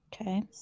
Okay